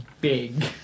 big